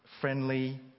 friendly